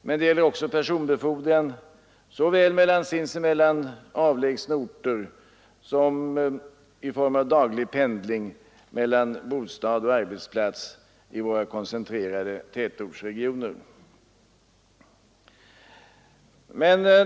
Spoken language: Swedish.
Men det gäller också personbefordran såväl mellan inbördes avlägsna orter som i form av daglig pendling mellan bostad och arbetsplats i våra koncentrerade tätortsregioner.